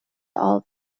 all